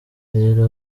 hera